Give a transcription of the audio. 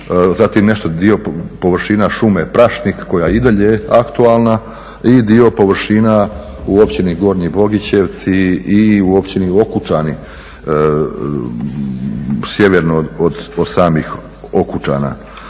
zatim dio površina šume Prašnik koja je i dalje aktualna i dio površina u Općini Gornji Bogićevci i u Općini Okučani, sjeverno od samih Okučana.